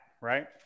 right